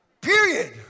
Period